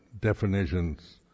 definitions